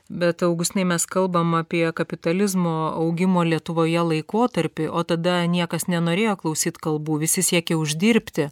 bet augutinai mes kalbam apie kapitalizmo augimo lietuvoje laikotarpį o tada niekas nenorėjo klausyt kalbų visi siekė uždirbti